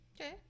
okay